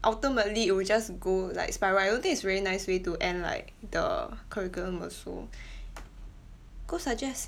ultimately it will just go like spiral I don't think it's a very nice way to end like the curriculum also go suggest